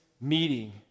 meeting